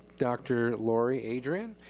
dr. lori adrian.